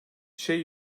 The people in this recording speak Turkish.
şey